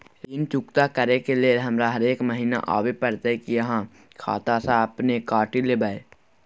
ऋण चुकता करै के लेल हमरा हरेक महीने आबै परतै कि आहाँ खाता स अपने काटि लेबै?